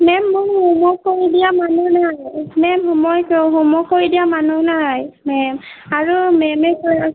ma'am মই homework কৰি দিয়া মানুহ নাই মেম সময় চ হোমৱৰ্ক কৰি দিয়া মানুহ নাই মেম আৰু মেমে কয়